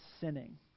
sinning